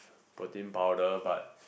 protein powder but